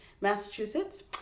Massachusetts